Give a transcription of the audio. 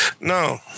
no